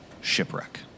shipwreck